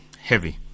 heavy